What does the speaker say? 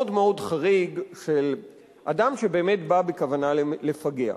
מאוד חריג של אדם שבאמת בא בכוונה לפגע,